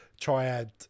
Triad